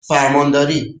فرمانداری